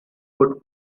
would